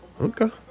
Okay